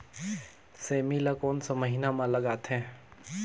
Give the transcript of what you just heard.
सेमी ला कोन सा महीन मां लगथे?